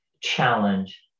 challenge